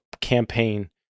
campaign